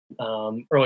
Early